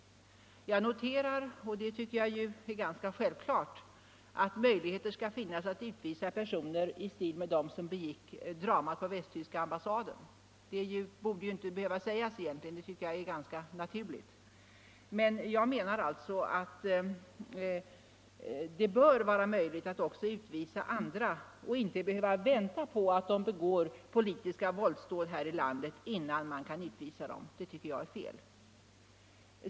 Jag noterar att — det tycker jag är självklart — möjlighet skall finnas att utvisa personer i stil med dem som stod bakom dramat på västtyska ambassaden. Det borde egentligen inte behöva sägas. Men jag menar att det bör vara möjligt att utvisa också presumtiva terrorister och att man inte skall behöva vänta på att de begår politiska våldsdåd här i landet innan man kan utvisa dem. Det tycker jag är fel.